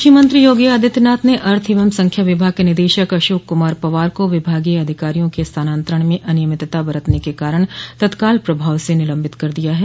मुख्यमंत्री योगी आदित्यनाथ ने अर्थ एवं संख्या विभाग के निदेशक अशोक कुमार पवार को विभागीय अधिकारियों के स्थानान्तरण में अनियमितता बरतने के कारण तत्काल प्रभाव से निलम्बित कर दिया है